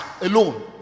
alone